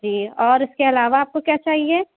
جی اور اس کے علاوہ آپ کو کیا چاہیے